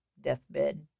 deathbed